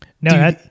No